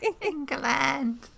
England